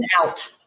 out